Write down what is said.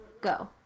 go